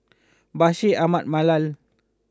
Bashir Ahmad Mallal